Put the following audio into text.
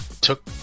took